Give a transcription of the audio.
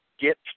Get